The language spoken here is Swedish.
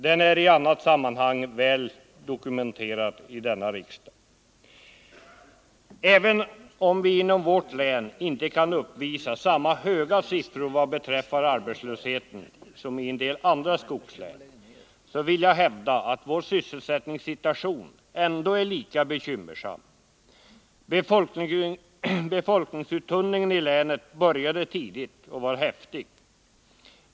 Den är i annat sammanhang väl dokumenterad i denna riksdag. Även om vi inom vårt län inte kan uppvisa samma höga siffror vad beträffar arbetslösheten som en del andra skogslän, så vill jag hävda att vår sysselsättningssituation ändå är lika bekymmersam. Befolkningsuttunningen i länet började tidigt och var häftig.